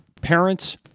parents